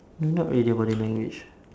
not really body language